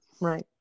Right